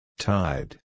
Tide